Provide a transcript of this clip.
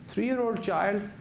three-year-old child,